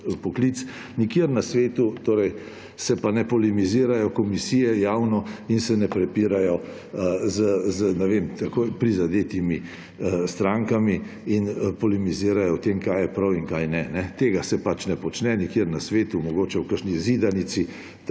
Nikjer na svetu se pa ne polemizirajo komisije javno in se ne prepirajo s tako prizadetimi strankami in polemizirajo o tem, kaj je prav in kaj ne. Tega se pač ne počne nikjer na svetu, mogoče v kakšni zidanici,